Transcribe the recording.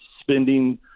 spending